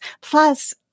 Plus